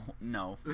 no